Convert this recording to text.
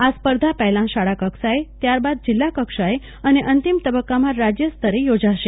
આ સ્પર્ધા પહેલા શાળાકક્ષાએ ત્યાર બાદ જીલ્લા કક્ષાએ અને અંતિમ તબક્કામાં રાજ્ય સાત્રે યોજાશે